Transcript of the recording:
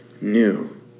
new